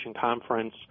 Conference